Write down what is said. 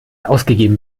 ausgegeben